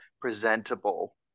presentable